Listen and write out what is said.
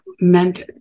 meant